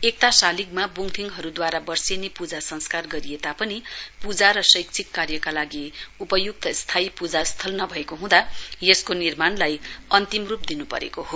एकता शालिगमा वुङथिङहरूद्वारा बर्षेनी प्रजा संस्कार गरिए तापनि प्रजा र शैक्षिक कार्यका लागि उपयुक्त स्थायी पूजास्थल नभएको हुँदा यसको निर्माणलाई अन्तिम रूप दिनु परेको हो